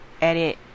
edit